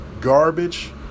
garbage